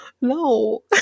No